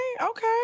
Okay